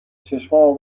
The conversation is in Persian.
چشامو